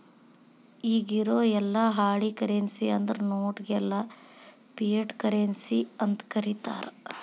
ಇಗಿರೊ ಯೆಲ್ಲಾ ಹಾಳಿ ಕರೆನ್ಸಿ ಅಂದ್ರ ನೋಟ್ ಗೆಲ್ಲಾ ಫಿಯಟ್ ಕರೆನ್ಸಿ ಅಂತನ ಕರೇತಾರ